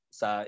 sa